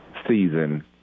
season –